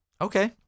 Okay